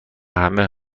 همه